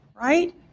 right